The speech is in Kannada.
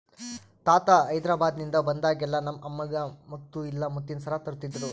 ತಾತ ಹೈದೆರಾಬಾದ್ನಿಂದ ಬಂದಾಗೆಲ್ಲ ನಮ್ಮ ಅಮ್ಮಗ ಮುತ್ತು ಇಲ್ಲ ಮುತ್ತಿನ ಸರ ತರುತ್ತಿದ್ದ